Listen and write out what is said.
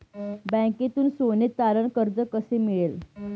बँकेतून सोने तारण कर्ज कसे मिळेल?